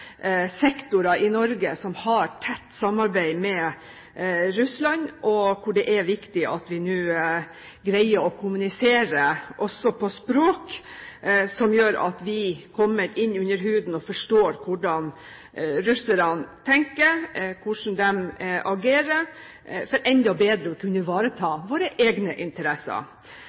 er viktig at vi nå greier å kommunisere også språklig som gjør at vi kommer inn under huden på russerne og forstår hvordan de tenker, hvordan de agerer, for enda bedre å kunne ivareta våre egne interesser.